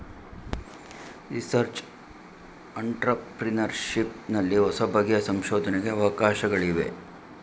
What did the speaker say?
research entrepreneurship ನಲ್ಲಿ ಹೊಸಬಗೆಯ ಸಂಶೋಧನೆಗೆ ಅವಕಾಶಗಳಿವೆ